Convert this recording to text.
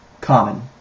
Common